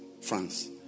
France